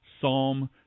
Psalm